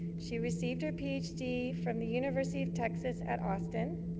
she received her ph d. from the university of texas at austin.